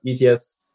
ETS